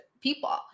people